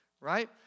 right